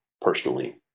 personally